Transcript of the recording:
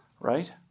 right